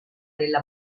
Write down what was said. della